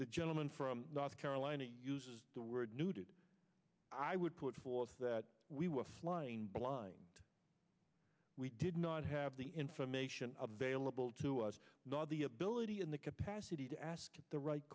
the gentleman from north carolina used the word knew that i would put forth that we were flying blind we did not have the information available to us nor the ability in the capacity to ask the right